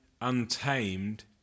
untamed